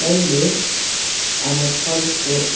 मैले हाम्रो कलेजको